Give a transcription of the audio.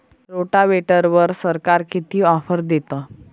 रोटावेटरवर सरकार किती ऑफर देतं?